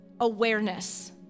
awareness